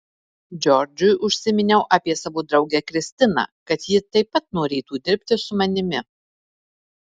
džordžui užsiminiau apie savo draugę kristiną kad ji taip pat norėtų dirbti su manimi